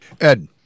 Ed